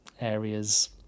areas